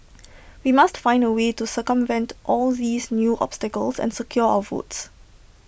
we must find A way to circumvent all these new obstacles and secure our votes